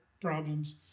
problems